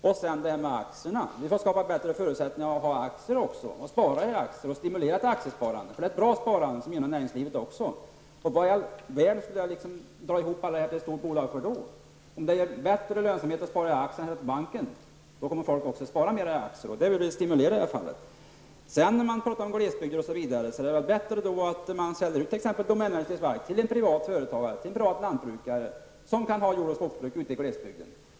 Vi måste också skapa bättre förutsättningar för att äga och spara i aktier, samtidigt som vi måste stimulera till aktiesparande. Det är en bra sparform som också gynnar näringslivet. Om det ger bättre lönsamhet att spara i aktier än att spara i banken, kommer folk att välja att spara i aktier. Det vill vi stimulera. Det är väl bättre att man säljer ut domänverkets mark till en privatföretagare eller en privatlantbrukare som kan driva jordbruk och skogsbruk ute i glesbygden.